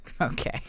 Okay